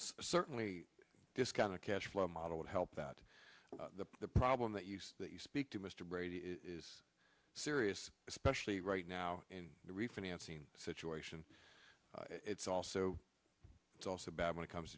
certainly this kind of cash flow model would help that problem that use that you speak to mr brady is serious especially right now in the refinancing situation it's also it's also bad when it comes